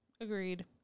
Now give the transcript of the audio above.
agreed